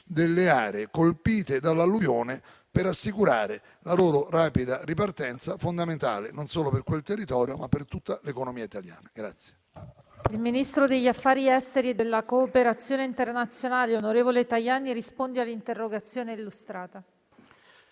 delle aree colpite dall'alluvione e per assicurare la loro rapida ripartenza, fondamentale non solo per quel territorio, ma per tutta l'economia italiana. PRESIDENTE. Il ministro degli affari esteri e della cooperazione internazionale, onorevole Tajani, ha facoltà di rispondere all'interrogazione testé illustrata,